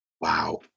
wow